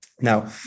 now